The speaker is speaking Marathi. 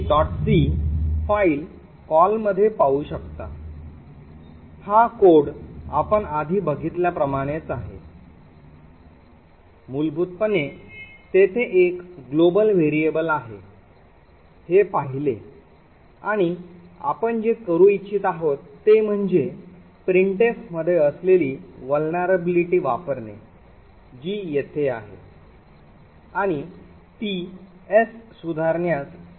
c फाइल कॉलमध्ये पाहू शकता हा कोड आपण आधी बघितल्याप्रमाणेच आहे मूलभूतपणे तेथे एक ग्लोबल व्हेरिएबल आहे हे पाहिले आणि आपण जे करू इच्छित आहोत ते म्हणजे प्रिंटफ मध्ये असलेली vulnerability वापरणे जी येथे आहे आणि ती s सुधारण्यास सक्षम आहे